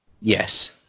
yes